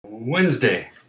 Wednesday